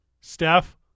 Steph